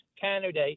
candidate